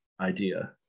idea